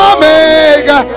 Omega